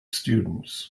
students